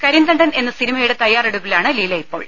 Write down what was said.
കരിന്തണ്ടൻ എന്ന സിനിമയുടെ തയ്യാറെടുപ്പിലാണ് ലീലയിപ്പോൾ